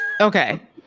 Okay